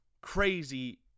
crazy